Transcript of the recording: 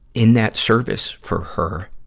in that service for her,